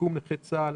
ושיקום נכי צה"ל.